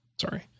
Sorry